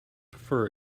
prefer